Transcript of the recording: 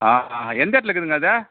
ஆஹாம் எந்த இடத்தில் இருக்குதுங்க அது